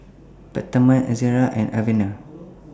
Peptamen Ezerra and Avene